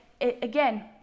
again